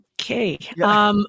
Okay